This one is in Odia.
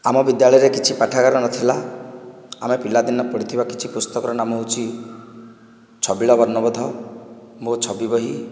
ଆମ ବିଦ୍ୟାଳୟରେ କିଛି ପାଠାଗାର ନଥିଲା ଆମେ ପିଲାଦିନେ ପଢ଼ିଥିବା କିଛି ପୁସ୍ତକର ନାମ ହେଉଛି ଛବିଳ ବର୍ଣ୍ଣବୋଧ ମୋ' ଛବି ବହି